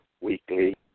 weekly